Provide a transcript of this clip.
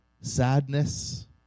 sadness